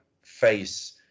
face